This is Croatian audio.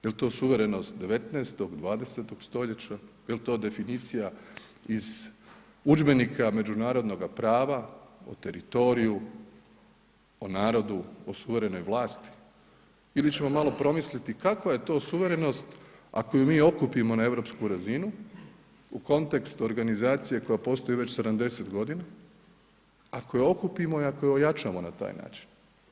Jel to suverenost 19., 20. stoljeća, jel to definicija iz udžbenika međunarodnoga prava o teritoriju, o narodu, o suverenoj vlasti ili ćemo malo promisliti kakva je to suverenost ako ju mi okupimo na europsku razinu u kontekstu organizacije koja postoji već 70 godina, ako je okupimo i ako je ojačamo na taj način.